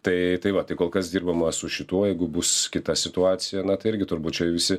tai tai va tai kol kas dirbama su šituo jeigu bus kita situacija na tai irgi turbūt čia visi